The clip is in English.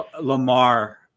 Lamar